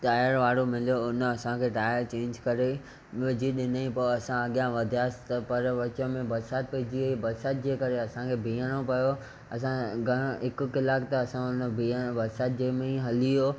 tyre वारो मिलियो उन असांखे टायर चेंज करे विझी ॾिनईं पोइ असां अॻियां वधियासीं त पर विच में बरिसात पइजी वई बरसात जे करे असांखे बिहणो पयो असां घणा